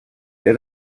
der